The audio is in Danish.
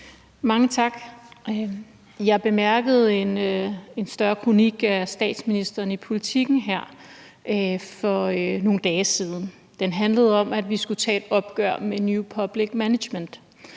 Mange tak. Jeg bemærkede en større kronik af statsministeren i Politiken her for nogle dage siden. Den handlede om, at vi skulle tage et opgør med new public management,